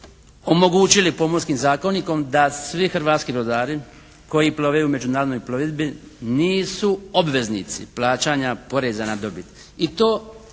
omogućili Pomorskim zakonikom da svi hrvatski brodari koji plove u međunarodnoj plovidbi nisu obveznici plaćanja poreza na dobit